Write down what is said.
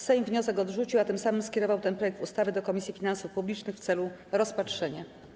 Sejm wniosek odrzucił, a tym samym skierował ten projekt ustawy do Komisji Finansów Publicznych w celu rozpatrzenia.